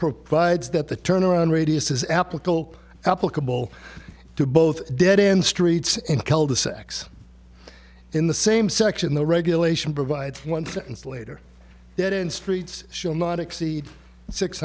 provides that the turnaround radius is applicable applicable to both dead end streets and cul de sacs in the same section the regulation provides one sentence later that in streets shall not exceed six